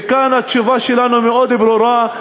וכאן התשובה שלנו מאוד ברורה: